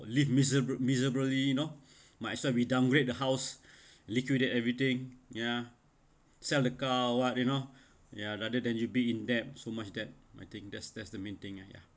live miserab~ miserably you know might as well we downgrade the house liquidate everything ya sell the car what you know ya rather than you'd be in debt so much debt I think that's that's the main thing ah ya